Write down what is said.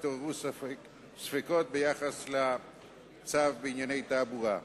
התעוררו ספקות ביחס לצו בענייני תעבורה.